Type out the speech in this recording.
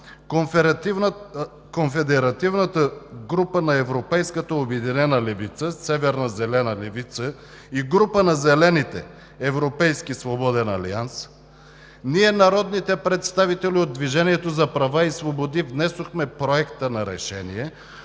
Конфедеративната група на Европейската обединена левица – Северна зелена левица, и група на Зелените – Европейски свободен алианс, ние, народните представители от „Движението за права и свободи“, внесохме Проекта на решение